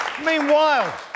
Meanwhile